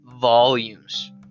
volumes